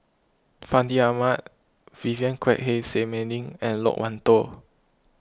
Fandi Ahmad Vivien Quahe Seah Mei Lin and Loke Wan Tho